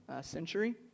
century